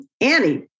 Annie